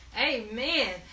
Amen